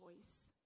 choice